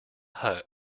hut